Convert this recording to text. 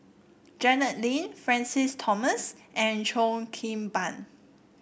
Janet Lim Francis Thomas and Cheo Kim Ban